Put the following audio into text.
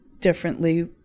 differently